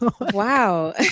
Wow